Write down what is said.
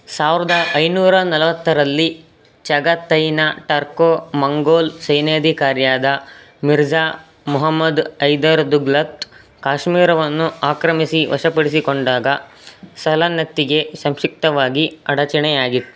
ಸಾವಿರದ ಐನೂರ ನಲವತ್ತರಲ್ಲಿ ಚಗತೈನ ಟರ್ಕೊ ಮಂಗೋಲ್ ಸೈನ್ಯಾಧಿಕಾರಿಯಾದ ಮಿರ್ಜಾ ಮೊಹಮ್ಮದ್ ಹೈದರ್ ದುಗ್ಲತ್ ಕಾಶ್ಮೀರವನ್ನು ಆಕ್ರಮಿಸಿ ವಶಪಡಿಸಿಕೊಂಡಾಗ ಸಲ್ತನತ್ತಿಗೆ ಸಂಕ್ಷಿಪ್ತವಾಗಿ ಅಡಚಣೆಯಾಗಿತ್ತು